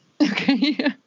Okay